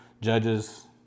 Judges